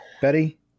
Betty